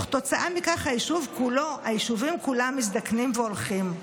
כתוצאה מכך היישובים כולם מזדקנים והולכים.